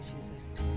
Jesus